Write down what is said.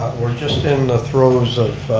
we're just in the throws of,